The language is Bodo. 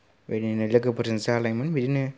बिदिनो लोगोफोरजों जालायोमोन बिदिनो